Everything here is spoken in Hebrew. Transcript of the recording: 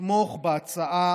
לתמוך בהצעת